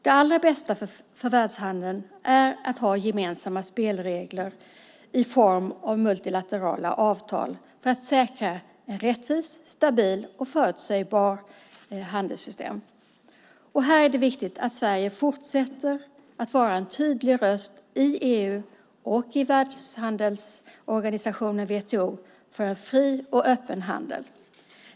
Det allra bästa för världshandeln är att ha gemensamma spelregler i form av multilaterala avtal för att säkra ett rättvist, stabilt och förutsägbart handelssystem. Här är det viktigt att Sverige fortsätter att vara en tydlig röst i EU och i Världshandelsorganisationen, WTO, för en fri och öppen handel.